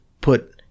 put